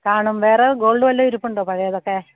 കാണും വേറെ ഗോൾഡ് വല്ലതും ഇരിപ്പുണ്ടോ പഴയതൊക്കെ